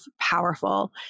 powerful